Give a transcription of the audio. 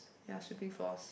ya sweeping floors